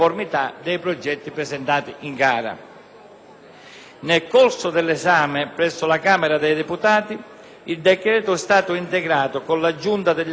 Nel corso dell'esame presso la Camera dei deputati il decreto-legge è stato integrato con l'aggiunta degli articoli 1-*bis* e 1-*ter*.